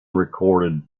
recorded